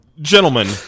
gentlemen